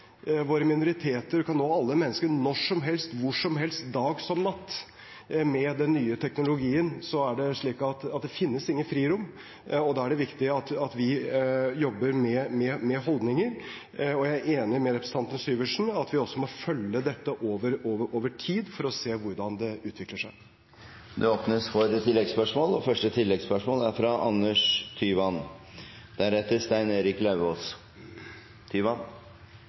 våre minoriteter, kan nå alle mennesker, når som helst, hvor som helst, dag som natt. Med den nye teknologien finnes det ikke noe frirom. Da er det viktig at vi jobber med holdninger, og jeg er enig med representanten Syversen i at vi også må følge dette over tid for å se hvordan det utvikler seg. Det åpnes for oppfølgingsspørsmål – først Anders Tyvand.